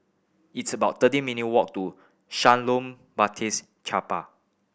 it's about thirteen minute walk to Shalom Baptist Chapel